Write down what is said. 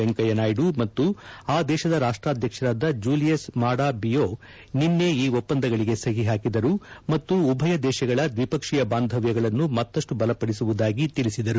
ವೆಂಕಯ್ಲನಾಯ್ಡು ಮತ್ತು ಆ ದೇಶದ ರಾಷ್ಷಾಧ್ಯಕ್ಷರಾದ ಜೂಲಿಯಸ್ ಮಾಡಾ ಬಿಯೋ ನಿನ್ನೆ ಈ ಒಪ್ಪಂದಗಳಿಗೆ ಸಹಿ ಹಾಕಿದರು ಮತ್ತು ಉಭಯ ದೇಶಗಳ ದ್ವಿಪಕ್ಷೀಯ ಬಾಂಧವ್ವಗಳನ್ನು ಮತ್ತಷ್ಟು ಬಲಪಡಿಸುವುದಾಗಿ ತಿಳಿಸಿದರು